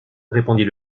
répondit